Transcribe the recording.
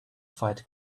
fight